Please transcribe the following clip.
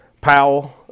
Powell